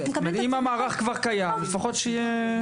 כי אם המערך כבר קיים אז לפחות שיהיה אפקטיבי.